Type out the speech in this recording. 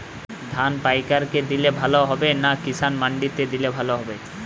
ধান পাইকার কে দিলে ভালো হবে না কিষান মন্ডিতে দিলে ভালো হবে?